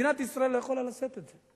מדינת ישראל לא יכולה לשאת את זה.